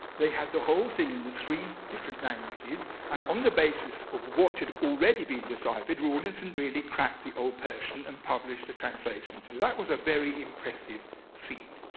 they had the whole thing in the three different languages. and on the basis of what had already been deciphered, rawlinson really cracked the old persian and published a translation. so that was a very impressive feat.